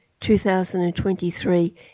2023